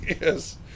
Yes